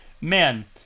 man